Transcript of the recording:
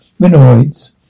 Mineroids